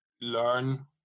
learn